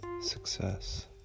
success